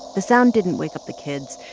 the sound didn't wake up the kids,